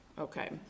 Okay